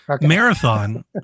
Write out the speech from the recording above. marathon